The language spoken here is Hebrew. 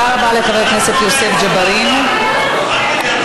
בפתח המאה ה-11,